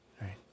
right